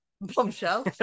bombshell